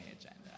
agenda